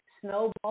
snowball